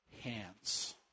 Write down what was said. hands